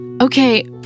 Okay